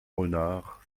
renard